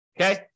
Okay